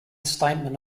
statement